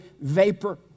vapor